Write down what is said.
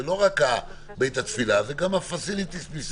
זה לא רק בית התפילה, זה גם הפסיליטיז מסביב.